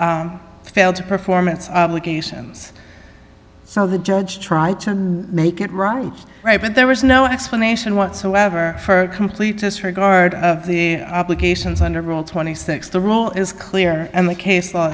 failed to performance obligations so the judge try to make it right right but there was no explanation whatsoever for complete disregard of the obligations under rule twenty six the rule is clear and the case